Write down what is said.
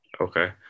Okay